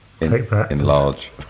enlarge